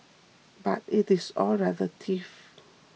but it is all relative